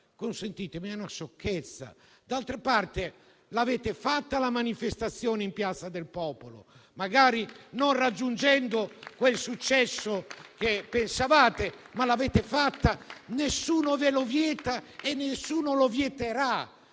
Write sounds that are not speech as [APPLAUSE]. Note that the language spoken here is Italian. dire che è una sciocchezza. D'altra parte l'avete fatta la manifestazione in piazza del Popolo. [APPLAUSE] Magari non raggiungendo quel successo che pensavate, ma l'avete fatta; nessuno ve lo vieta e nessuno ve lo vieterà.